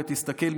תגיד לי,